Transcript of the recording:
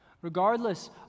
regardless